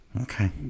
Okay